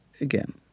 again